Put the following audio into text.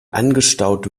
angestaute